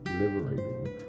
liberating